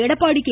Edappadi K